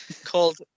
called